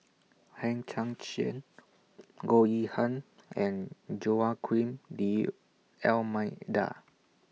Hang Chang Chieh Goh Yihan and Joaquim D'almeida